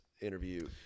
interview